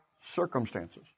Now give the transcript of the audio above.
circumstances